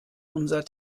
unser